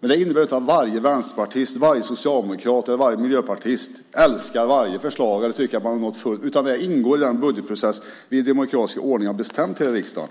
Men det innebär ju inte att varje vänsterpartist, socialdemokrat eller miljöpartist älskar varje förslag eller tycker att man har nått ända fram, utan det ingår ju i den budgetprocess vi i demokratisk ordning har bestämt här i riksdagen.